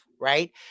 right